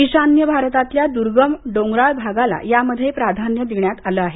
ईशान्य भारतातल्या दुर्गम डोंगराळ भागाला यामध्ये प्राधान्य देण्यात आलं आहे